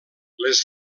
les